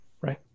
right